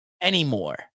anymore